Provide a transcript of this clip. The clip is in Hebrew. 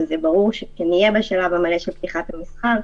וברור שאם נהיה בשלב המלא של פתיחת המסחר,